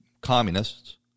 communists